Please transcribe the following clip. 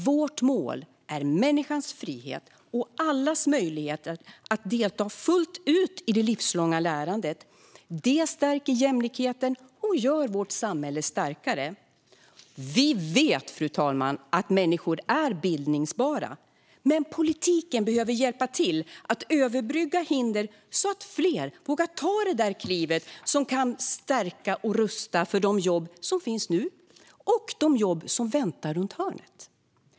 Vårt mål är människans frihet och allas möjlighet att delta fullt ut i det livslånga lärandet. Det stärker jämlikheten och gör vårt samhälle starkare. Vi vet, fru talman, att människor är bildbara, men politiken behöver hjälpa till att överbrygga hinder så att fler vågar ta det där klivet, som kan stärka och rusta dem för de jobb som finns nu och de jobb som väntar runt hörnet.